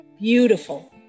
beautiful